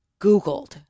Googled